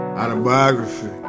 autobiography